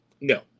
No